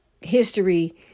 history